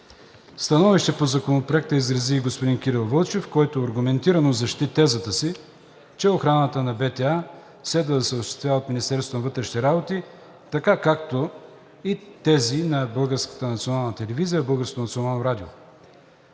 Становище по Законопроекта изрази и господин Кирил Вълчев, който аргументирано защити тезата си, че охраната на БТА следва да се осъществява от Министерството на вътрешните